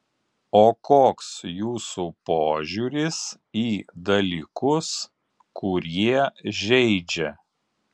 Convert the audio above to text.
o koks jūsų požiūris į dalykus kurie žeidžia